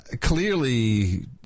clearly